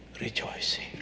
rejoicing